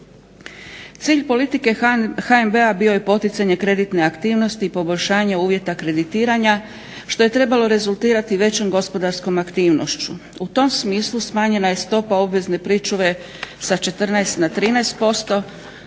Cilj politike HNB-a bio je poticanje kreditne aktivnosti i poboljšavanja uvjeta kreditiranja što je trebalo rezultirati većom gospodarskom aktivnošću. U tom smislu smanjena je stopa obvezne pričuve sa 14 na 13%,